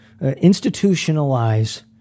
institutionalize